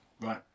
Right